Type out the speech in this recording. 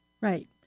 Right